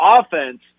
offense